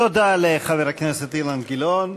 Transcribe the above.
תודה לחבר הכנסת אילן גילאון.